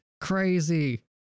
crazy